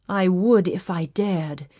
i would if i dared,